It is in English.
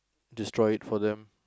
destroy it for them